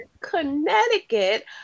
Connecticut